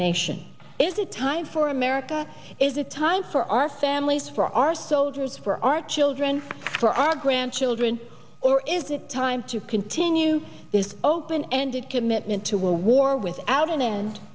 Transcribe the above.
nation is it time for america is a time for our families for our soldiers for our children for our grandchildren or is it time to continue this open ended commitment to a war without an end